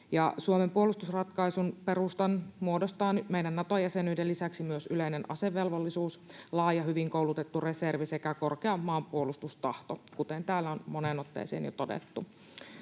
Suomen puolustusratkaisun perustan muodostavat nyt meidän Nato-jäsenyyden lisäksi myös yleinen asevelvollisuus, laaja, hyvin koulutettu reservi sekä korkea maanpuolustustahto, kuten täällä on moneen otteeseen jo todettu.